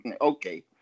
Okay